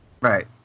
Right